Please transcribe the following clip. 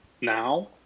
now